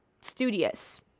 studious